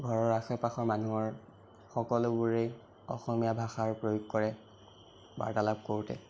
ঘৰৰ আশে পাশৰ মানুহৰ সকলোবোৰেই অসমীয়া ভাষাৰ প্ৰয়োগ কৰে বাৰ্তালাপ কৰোঁতে